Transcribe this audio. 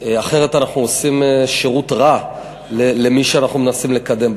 אחרת אנחנו עושים שירות רע למי שאנחנו מנסים לקדם.